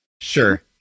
sure